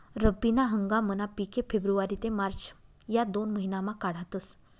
रब्बी ना हंगामना पिके फेब्रुवारी ते मार्च या दोन महिनामा काढातस